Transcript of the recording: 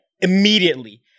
immediately